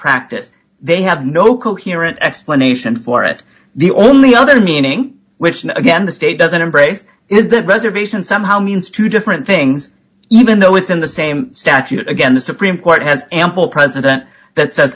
practice they have no coherent explanation for it the only other meaning which again the state doesn't embrace is the preservation somehow means two different things even though it's in the same statute again the supreme court has ample president that says